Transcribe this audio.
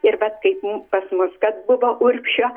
ir avt kaip pas mus kad buvo urbšio